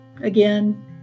again